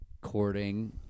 courting